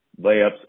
layups